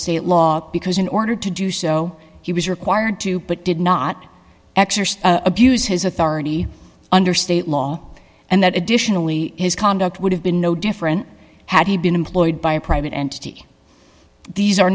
state law because in order to do so he was required to but did not exercise abuse his authority under state law and that additionally his conduct would have been no different had he been employed by a private entity these are